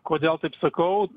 kodėl taip sakau